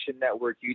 Network